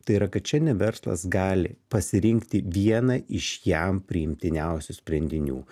tai yra kad šiandien verslas gali pasirinkti vieną iš jam priimtiniausių sprendinių